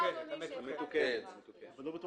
אם אין,